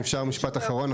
אם אפשר משפט אחרון,